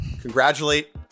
congratulate